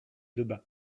debat